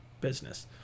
business